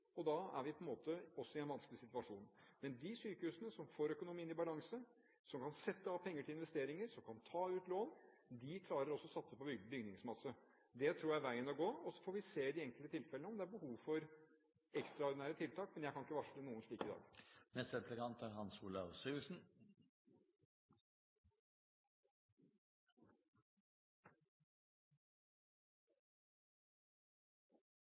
og da er vi på en måte også i en vanskelig situasjon. Men de sykehusene som får økonomien i balanse, som kan sette av penger til investeringer, som kan ta ut lån, klarer også å satse på bygningsmasse. Det tror jeg er veien å gå. Og så får vi i de enkelte tilfellene se om det er behov for ekstraordinære tiltak, men jeg kan ikke varsle noen slike i dag. Da kan jeg opplyse om at man er